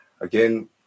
again